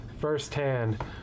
firsthand